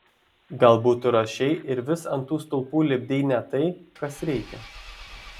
galbūt tu rašei ir vis ant tų stulpų lipdei ne tai kas reikia